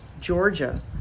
Georgia